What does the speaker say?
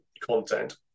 content